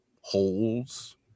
holes